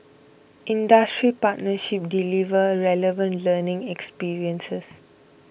industry partnerships deliver relevant learning experiences